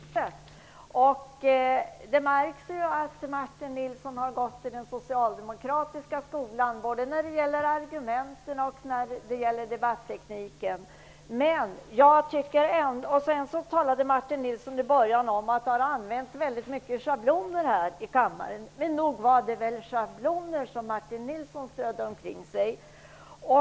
Herr talman! Visst var det en besviken ung riksdagsledamot som stod i talarstolen nyss. Martin Nilsson är ju riksdagens yngste ledamot. Det märks att han har gått i den socialdemokratiska skolan, både när det gäller argumenten och när det gäller debattekniken. Han sade att det hade använts många schabloner här i kammaren, men det var väl också schabloner som han strödde omkring sig.